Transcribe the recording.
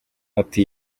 ati